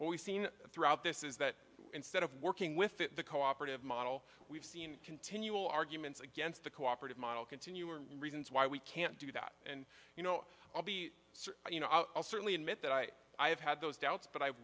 we've seen throughout this is that instead of working with the cooperative model we've seen continual arguments against the cooperative model continue or reasons why we can't do that and you know i'll be you know i'll certainly admit that i have had those doubts but i